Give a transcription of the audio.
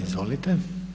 Izvolite.